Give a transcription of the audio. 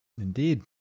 Indeed